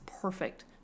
perfect